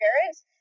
parents